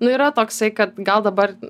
nu yra toksai kad gal dabar